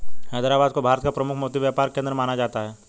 हैदराबाद को भारत का प्रमुख मोती व्यापार केंद्र माना जाता है